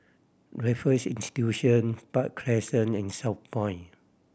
Raffles Institution Park Crescent and Southpoint